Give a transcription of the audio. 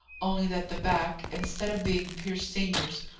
only that the back, instead of being pierce senior's,